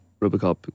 Robocop